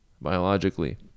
biologically